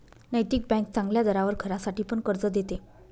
नैतिक बँक चांगल्या दरावर घरासाठी पण कर्ज देते